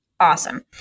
awesome